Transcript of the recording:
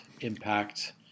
impact